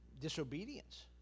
disobedience